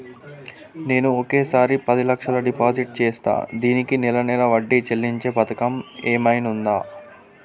నేను ఒకేసారి పది లక్షలు డిపాజిట్ చేస్తా దీనికి నెల నెల వడ్డీ చెల్లించే పథకం ఏమైనుందా?